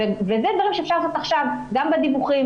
אלה דברים שאפשר לעשות עכשיו, גם בדיווחים.